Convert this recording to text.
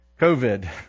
COVID